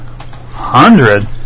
hundred